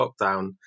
lockdown